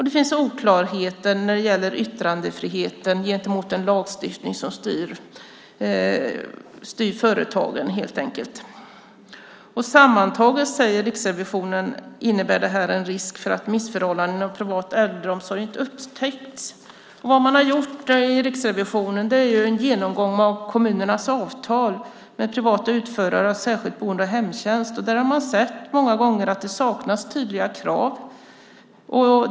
Det finns också oklarheter när det gäller yttrandefriheten gentemot den lagstiftning som styr företagen. "Sammantaget innebär detta en risk för att missförhållanden inom privat bedriven äldreomsorg inte upptäcks", skriver Riksrevisionen. Vad man har gjort i Riksrevisionen är en genomgång av kommunernas avtal med privata utförare av särskilt boende och hemtjänst. Där har man många gånger sett att det saknas tydliga krav.